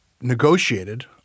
negotiated